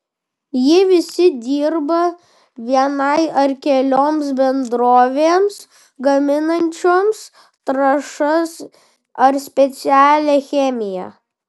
jie visi dirba vienai ar kelioms bendrovėms gaminančioms trąšas ar specialią chemiją